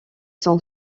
son